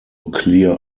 clear